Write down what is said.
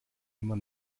immer